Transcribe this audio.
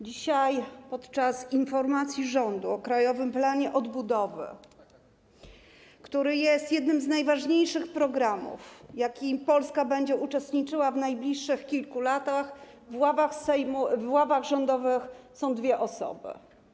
Dzisiaj podczas informacji rządu o krajowym planie odbudowy, który jest jednym z najważniejszych programów, w jakich Polska będzie uczestniczyła w najbliższych kilku latach, w ławach rządowych są dwie osoby.